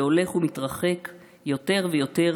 שהולך ומתרחק יותר ויותר